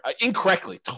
incorrectly